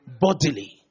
bodily